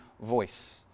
voice